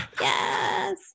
Yes